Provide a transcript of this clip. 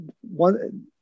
One